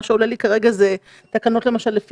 מה שעולה לי כרגע זה למשל תחנות לפי